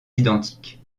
identique